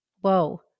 whoa